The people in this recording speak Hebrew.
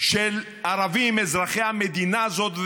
של ערבים אזרחי המדינה הזאת,